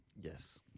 Yes